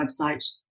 website